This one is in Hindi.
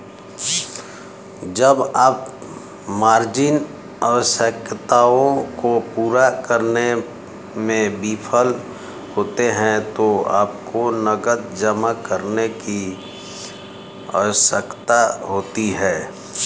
जब आप मार्जिन आवश्यकताओं को पूरा करने में विफल होते हैं तो आपको नकद जमा करने की आवश्यकता होती है